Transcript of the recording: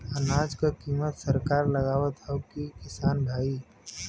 अनाज क कीमत सरकार लगावत हैं कि किसान भाई?